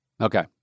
Okay